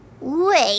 Wait